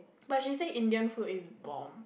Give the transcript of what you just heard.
but she say Indian food is bomb